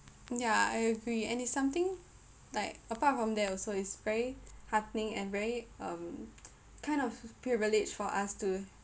yeah I agree and it's something like apart from that also it's very heartening and very um kind of privilege for us to